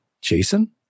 Jason